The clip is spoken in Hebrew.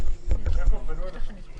עם שמירה של שני מטר בין המטפל למטופל.